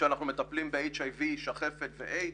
שאנחנו מטפלים ב-HIV, שחפת ואיידס.